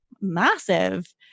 massive